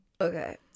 Okay